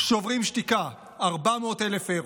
שוברים שתיקה, 400,000 אירו,